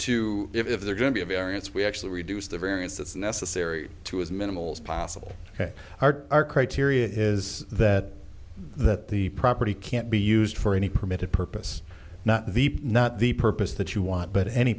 to if they're going to be a variance we actually reduce the variance that's necessary to as minimal as possible ok are our criteria is that that the property can't be used for any permitted purpose not the not the purpose that you want but any